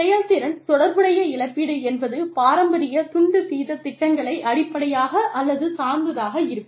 செயல்திறன் தொடர்புடைய இழப்பீடு என்பது பாரம்பரிய துண்டு வீத திட்டங்களை அடிப்படையாக அல்லது சார்ந்ததாக இருக்கும்